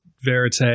verite